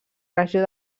regió